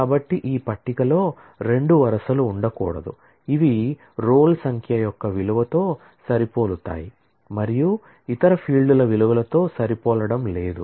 కాబట్టి ఈ పట్టికలో రెండు వరుసలు ఉండకూడదు ఇవి రోల్ సంఖ్య యొక్క విలువతో సరిపోలుతాయి మరియు ఇతర ఫీల్డ్ల విలువలతో సరిపోలడం లేదు